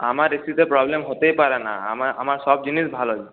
আমার এসিতে প্রবলেম হতেই পারে না আমার সব জিনিস ভালো